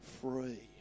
free